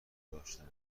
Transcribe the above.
داشتند